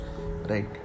right